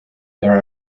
there